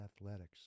athletics